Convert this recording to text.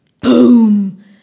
Boom